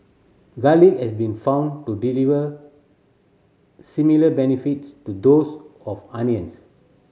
garlic has been found to deliver similar benefits to those of onions